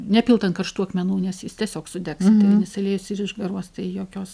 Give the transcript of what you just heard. nepilt ant karštų akmenų nes jis tiesiog sudegs eterinis aliejus ir išgaruos tai jokios